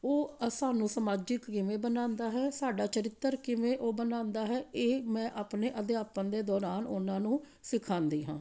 ਉਹ ਸਾਨੂੰ ਸਮਾਜਿਕ ਕਿਵੇਂ ਬਣਾਉਂਦਾ ਹੈ ਸਾਡਾ ਚਰਿੱਤਰ ਕਿਵੇਂ ਓਹ ਬਣਾਉਂਦਾ ਹੈ ਇਹ ਮੈਂ ਆਪਣੇ ਅਧਿਆਪਨ ਦੇ ਦੌਰਾਨ ਓਹਨਾਂ ਨੂੰ ਸਿਖਾਉਂਦੀ ਹਾਂ